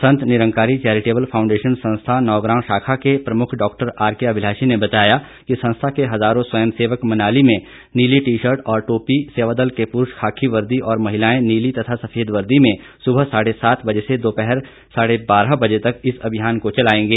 संत Nirankari charitable foundation संस्था नौ ग्रांव शाखा के प्रमुख डॉ आरके अभिलाषी ने बताया कि संस्था के हजारों स्वयं सेवक मनाली में नीली टी शर्ट और टोपी सेवादल के पुरूष खाकी वर्दी और महिलाएं नीली तथा सफेद वर्दी मे सुबह साढ़े सात बजे से दोपहर साढ़े बारह बजे तक इस अभियान को चलाएंगे